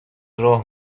راه